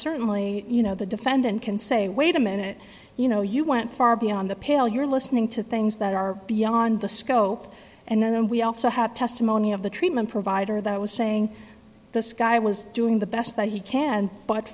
certainly you know the defendant can say wait a minute you know you went far beyond the pale you're listening to things that are beyond the scope and then we also have testimony of the treatment provider that was saying this guy was doing the best that he can but